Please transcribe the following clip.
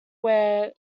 where